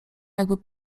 jakby